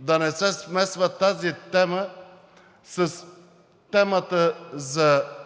Да не се смесва тази тема с темата за падането